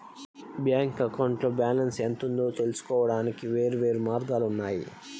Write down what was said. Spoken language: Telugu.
బ్యాంక్ అకౌంట్లో బ్యాలెన్స్ ఎంత ఉందో తెలుసుకోవడానికి వేర్వేరు మార్గాలు ఉన్నాయి